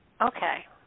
Okay